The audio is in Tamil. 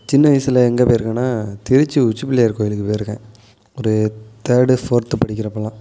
சின்ன வயசில் எங்கே போயிருக்கேனா திருச்சி உச்சிப்பிள்ளையார் கோயிலுக்கு போயிருக்கேன் ஒரு தேர்டு ஃபோர்த் படிக்கிறப்பெல்லாம்